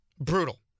Brutal